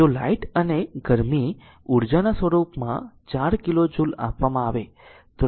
જો લાઈટ અને ગરમી ઉર્જાના રૂપમાં 4 કિલો જુલ આપવામાં આવે તો લેમ્પ પર વોલ્ટેજ ડ્રોપ નક્કી કરે છે